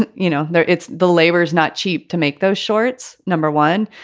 and you know, there it's the labor is not cheap to make those shorts, number one.